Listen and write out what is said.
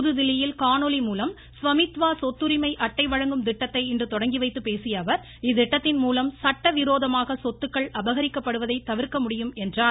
புதுதில்லியில் காணொலி மூலம் ஸ்வாமித்வா சொத்துரிமை அட்டை வழங்கும் திட்டத்தை இன்று தொடங்கி வைத்துப் பேசிய அவர் இத்திட்டத்தின் மூலம் சட்டவிரோதமாக சொத்துக்கள் அபகரிக்கப்படுவதை தவிர்க்க முடியும் என்றார்